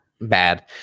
bad